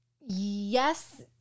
Yes